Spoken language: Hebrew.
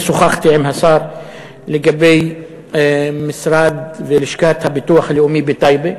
שוחחתי עם השר לגבי משרד ולשכת הביטוח הלאומי בטייבה.